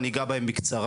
אני אגע בהם בקצרה.